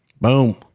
Boom